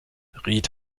ried